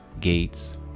Gates